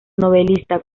novelista